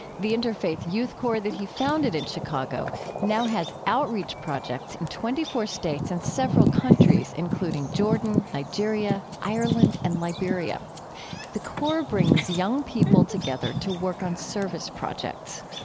the interfaith youth core that he founded in chicago now has outreach projects in twenty four states and several countries, including jordan, nigeria, ireland, and liberia the core brings young people together to work on service projects.